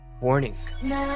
Warning